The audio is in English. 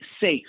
safe